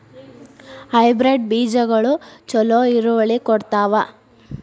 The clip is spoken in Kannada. ಹೈಬ್ರಿಡ್ ಬೇಜಗೊಳು ಛಲೋ ಇಳುವರಿ ಕೊಡ್ತಾವ?